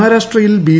മഹാരാഷ്ട്രയിൽ ബി